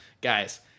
Guys